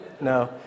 no